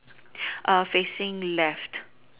facing left